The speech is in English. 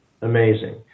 amazing